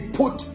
put